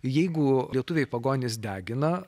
jeigu lietuviai pagonys degina